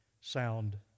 sound